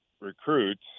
recruits